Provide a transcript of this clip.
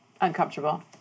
Uncomfortable